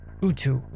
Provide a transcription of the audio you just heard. Utu